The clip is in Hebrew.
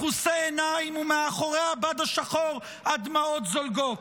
מכוסה עיניים, ומאחורי הבד השחור הדמעות זולגות.